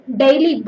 daily